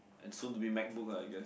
and soon to be Mac Book ah I guess